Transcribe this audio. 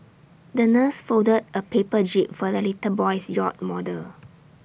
the nurse folded A paper jib for the little boy's yacht model